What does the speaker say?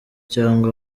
cyangwa